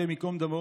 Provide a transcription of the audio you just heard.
השם ייקום דמו,